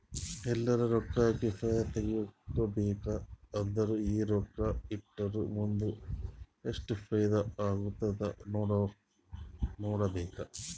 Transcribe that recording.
ಎಲ್ಲರೆ ರೊಕ್ಕಾ ಹಾಕಿ ಫೈದಾ ತೆಕ್ಕೋಬೇಕ್ ಅಂದುರ್ ಈಗ ರೊಕ್ಕಾ ಇಟ್ಟುರ್ ಮುಂದ್ ಎಸ್ಟ್ ಫೈದಾ ಆತ್ತುದ್ ನೋಡ್ಬೇಕ್